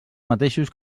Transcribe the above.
mateixos